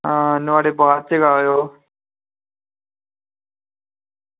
हां नुहाड़े बाद च गै आएओ